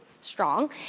strong